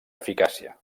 eficàcia